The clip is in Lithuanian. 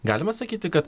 galima sakyti kad